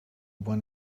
want